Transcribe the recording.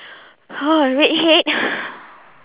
!huh! redhead